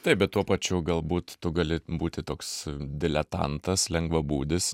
taip bet tuo pačiu galbūt tu gali būti toks diletantas lengvabūdis